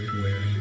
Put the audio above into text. wearing